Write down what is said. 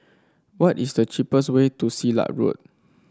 what is the cheapest way to Silat Road